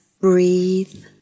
breathe